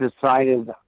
decided